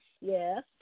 yes